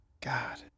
God